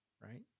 right